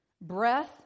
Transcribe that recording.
Breath